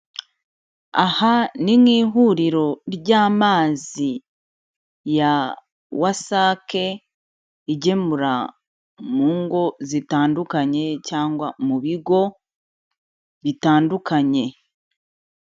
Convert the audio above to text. Aha ni nk'ihuriro ry'amazi ya WASAC, igemura mu ngo zitandukanye cyangwa mu bigo bitandukanye.